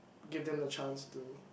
give them the chance to